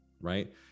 right